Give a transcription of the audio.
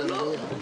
קצת.